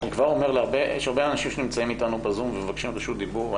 יש הרבה אנשים שנמצאים איתנו בזום ומבקשים רשות דיבור.